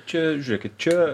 čia žiūrėkit čia